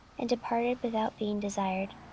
and departed without being desired.